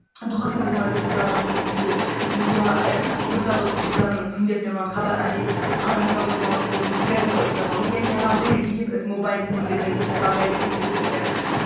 دۄہَس منٛز یِوان رِشتہٕ دارَن ہٕندِ پھیرِتھ یا کُنہِ ساتہٕ اوس رِشتہٕ دارَن ہٕندۍ ٲسۍ پٮ۪وان خبر اَنٕنۍ نَفر اوس پٮ۪وان سوزُن ترے دۄہ ٲسۍ لَگان ؤنکٮ۪ن چھِ ہٮ۪کان أسۍ گرِ بِہِتھ موبایِل فون کہِ ذٔریعہِ چھِ ہٮ۪کان أسۍ ؤنکٮ۪ن